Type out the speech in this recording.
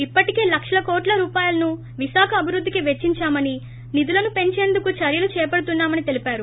ఇప్పటికే లక్షకోట్ల రూపాయలను విశాఖ అభివృద్దికి వెచ్చిందామని నిధులను పెంచేందుకు చర్యలు చేపడుతున్నామని చెప్పారు